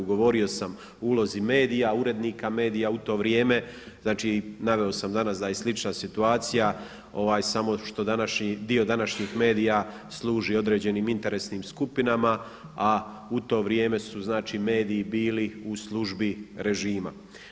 Govorio sam o ulozi medija, urednika medija u to vrijeme, znači naveo sam danas da je slična situacija samo što dio današnjih medija služi određenim interesnim skupinama, a u to vrijeme su mediji bili u službi režima.